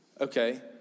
Okay